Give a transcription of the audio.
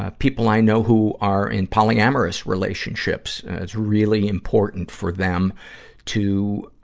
ah people i know who are in polyamorous relationships, ah, it's really important for them to,